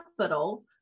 capital